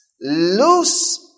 Loose